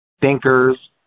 thinkers